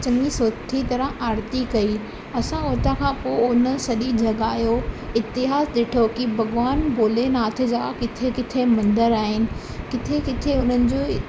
चङी सुठी तरह आर्ती कई असां हुतां खां पोइ उन सॼी जॻह जो इतिहासु ॾिठो की भॻवान भोलेनाथ जा किथे किथे मंदर आहिनि किथे किथे उन्हनि जो